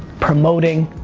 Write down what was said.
promoting,